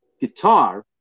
guitar